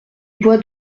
bois